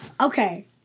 Okay